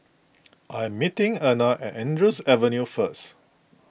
I am meeting Erna at Andrews Avenue first